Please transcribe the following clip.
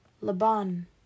Laban